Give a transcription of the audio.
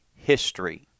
history